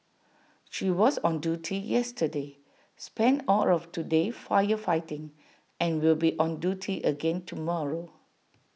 she was on duty yesterday spent all of today firefighting and will be on duty again tomorrow